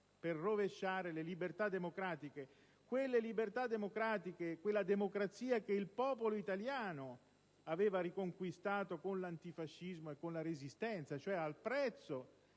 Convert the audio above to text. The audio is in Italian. per rovesciare le libertà democratiche, quelle libertà democratiche e quella democrazia che il popolo italiano aveva riconquistato con l'antifascismo e con la Resistenza, cioè al prezzo